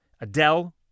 Adele